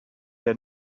der